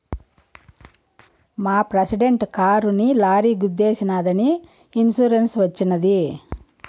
మా ప్రెసిడెంట్ కారుని లారీ గుద్దేశినాదని ఇన్సూరెన్స్ వచ్చినది